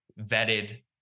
vetted